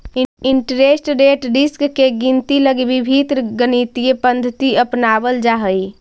interest rate risk के गिनती लगी विभिन्न गणितीय पद्धति अपनावल जा हई